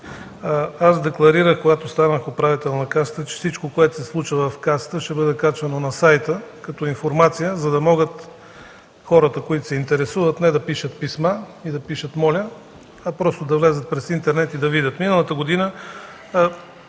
Аз декларирах, когато станах управител на Касата, че всичко, което се случва в Касата, ще бъде качвано на сайта като информация, за да могат хората, които се интересуват, не да пишат писма и да пишат „моля”, а просто да влязат в интернет и да видят.